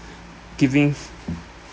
giving